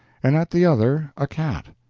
and at the other a cat.